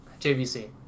JVC